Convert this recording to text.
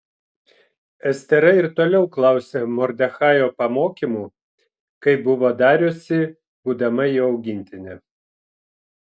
estera ir toliau klausė mordechajo pamokymų kaip buvo dariusi būdama jo augintinė